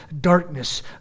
Darkness